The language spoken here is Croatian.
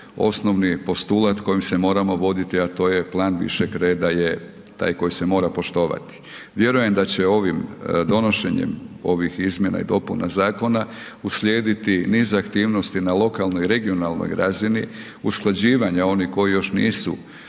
osnovni postulat kojim se moramo voditi, a to je plan višeg reda je taj koji se mora poštovati. Vjerujem da će ovim donošenjem ovih izmjena i dopuna zakona uslijediti niz aktivnosti na lokalnoj, regionalnoj razini, usklađivanja onih koji još nisu